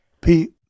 Pete